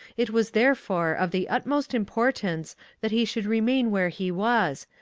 it was therefore of the utmost importance that he should remain where he was,